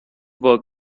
work